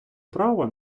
право